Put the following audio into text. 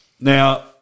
now